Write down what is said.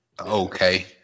okay